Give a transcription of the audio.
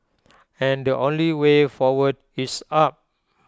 and the only way forward is up